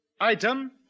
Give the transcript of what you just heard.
Item